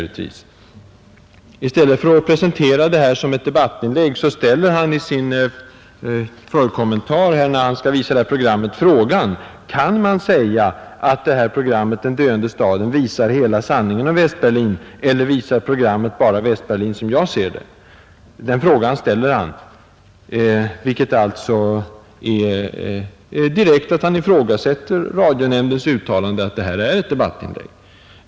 I stället för att presentera det som ett debattinlägg ställer han i sin kommentar när han skall visa programmet frågan: Kan man säga att detta program, ”Den döende staden”, visar hela sanningen om Västberlin eller visar programmet bara Västberlin som jag ser det? Den frågan ställer han. Det innebär alltså att han direkt ifrågasätter radionämndens uttalande att det gäller ett debattinlägg.